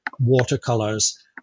watercolors